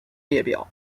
列表